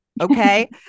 Okay